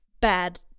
bad